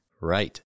Right